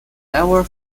never